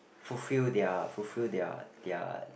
fulfill their fulfill their their